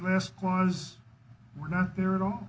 last clause were not there at all